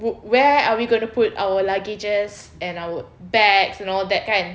would where are we gonna put our luggages and our bags and all that kan